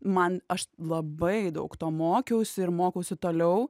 man aš labai daug to mokiausi ir mokausi toliau